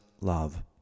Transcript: love